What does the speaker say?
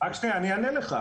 רק שנייה, אני אענה לך.